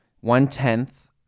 one-tenth